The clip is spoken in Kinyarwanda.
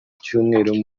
icyumweru